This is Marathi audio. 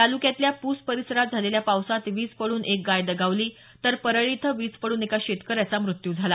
तालुक्यातल्या पूस परिसरात झालेल्या पावसात वीज पडून एक गाय दगावली तर परळी इथं वीज पडून एका शेतकऱ्याचा मृत्यू झाला